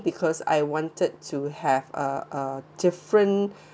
because I wanted to have uh uh difference